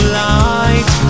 light